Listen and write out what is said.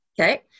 Okay